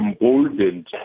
emboldened